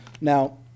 Now